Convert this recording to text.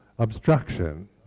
Obstruction